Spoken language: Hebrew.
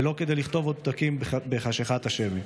ולא לכתוב עוד פתקים בחשכת השבי.